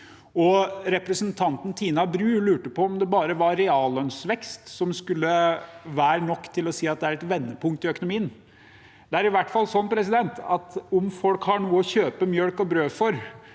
representanten Tina Bru på om bare reallønnsvekst skulle være nok til å si at det er et vendepunkt i økonomien. Det er i hvert fall sånn at om folk har noe å kjøpe melk og brød for,